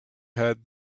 had